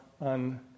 on